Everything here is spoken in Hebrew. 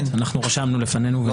אנחנו רשמנו לפנינו.